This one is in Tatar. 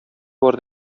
бар